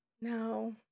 No